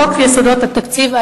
חוק יסודות התקציב,